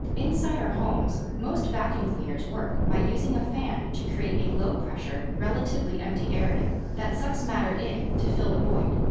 inside our homes, most vacuum cleaners work by using a fan to create a low-pressure relatively empty area that sucks matter in to fill the void.